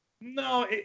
No